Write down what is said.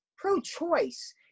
Pro-choice